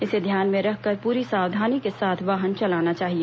इसे ध्यान में रखकर पूरी सावधानी के साथ वाहन चलाना चाहिए